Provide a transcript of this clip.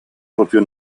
proprio